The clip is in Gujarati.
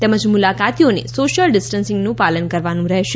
તેમજ મુલાકાતીઓએ સોશ્યિલ ડિસ્ટન્સીંગનું પાલન કરવાનું રહેશે